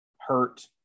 hurt